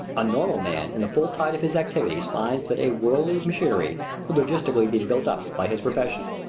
a normal man in the full tide of his activities finds that a world-machinery could logically be built up by his profession.